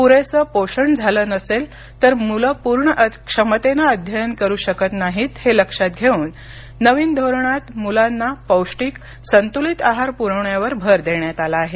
पुरेसं पोषण झालं नसेल तर मुलं पूर्ण क्षमतेनं अध्ययन करू शकत नाहीत हे लक्षात घेऊन नवीन धोरणात मुलांना पौष्टिक संतुलित आहार पुरवण्यावर भर देण्यात आला आहे